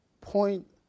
point